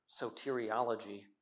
soteriology